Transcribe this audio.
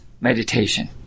meditation